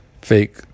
fake